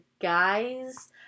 guys